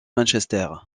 manchester